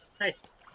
Nice